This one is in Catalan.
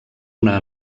una